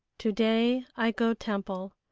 to-day i go temple,